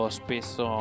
spesso